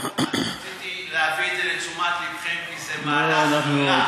רציתי להביא את זה לתשומת לבכם, כי זה מהלך רע.